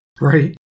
Right